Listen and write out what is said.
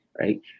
right